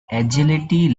agility